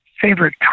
favorite